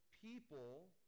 people